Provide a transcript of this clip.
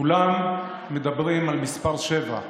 כולם מדברים על מס' 7,